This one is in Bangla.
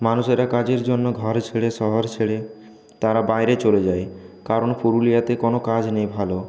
মানুষেরা কাজের জন্য ঘর ছেড়ে শহর ছেড়ে তারা বাইরে চলে যায় কারণ পুরুলিয়াতে কোনো কাজ নেই ভালো